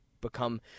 become